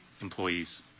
employees